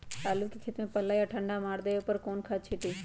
आलू के खेत में पल्ला या ठंडा मार देवे पर कौन खाद छींटी?